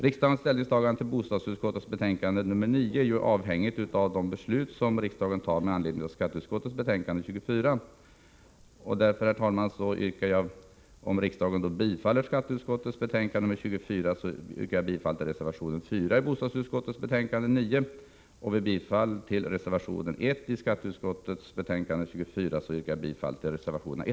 Riksdagens ställningstagande till bostadsutskottets betänkande 9 är avhängigt av det beslut som riksdagen fattar med anledning av skatteutskottets betänkande 24. Om riksdagen bifaller reservation 1 i skatteutskottets betänkande 24 yrkar jag bifall till reservationerna 1, 3 och 4 i bostadsutskottets betänkande.